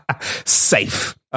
Safe